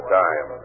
time